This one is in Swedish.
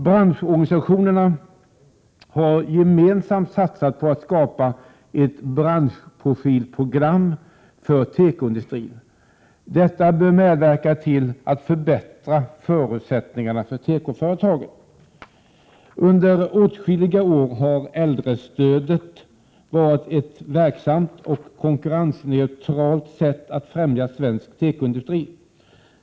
Branschorganisationerna har gemensamt satsat på att skapa ett branschprofilprogram för tekoindustrin. Detta bör medverka till att förbättra förutsättningarna för tekoföretagen. Under åtskilliga år har äldrestödet varit ett verksamt och konkurrensneutralt sätt att främja svensk tekoindustri.